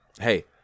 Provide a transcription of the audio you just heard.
hey